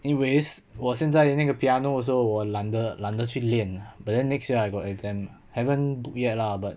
anyways 我现在那个 piano also 我懒得懒得去练 ah but then next year I got exam haven't yet lah but